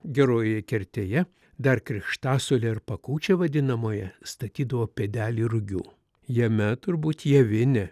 gerojoje kertėje dar krikštasuolėj ar pakučia vadinamoje statydavo pienelį rugių jame turbūt javinė